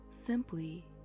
Simply